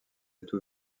tout